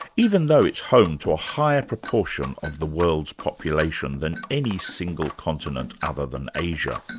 even though it's home to a higher proportion of the world's population than any single continent other than asia.